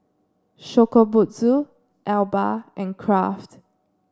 Shokubutsu Alba and Kraft